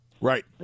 Right